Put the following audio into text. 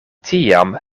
tiam